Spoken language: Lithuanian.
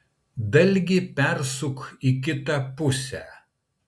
dalgį persuk į kitą pusę